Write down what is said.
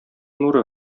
нуры